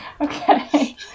Okay